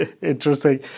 Interesting